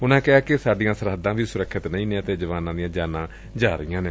ਉਨਾਂ ਕਿਹਾ ਕਿ ਸਾਡੀਆਂ ਸਰਹੱਦਾਂ ਵੀ ਸੁਰਖਿਅਤ ਨਹੀਂ ਨੇ ਅਤੇ ਜਵਾਨਾਂ ਦੀਆਂ ਜਾਨਾਂ ਜਾ ਰਹੀਆਂ ਨੇ